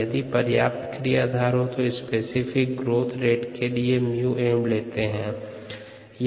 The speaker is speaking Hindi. यदि पर्याप्त क्रियाधार हो तो स्पेसिफिक ग्रोथ रेट के लिए 𝜇 m लेते हैं